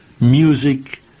Music